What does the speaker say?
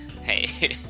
Hey